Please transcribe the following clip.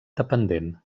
dependent